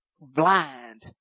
blind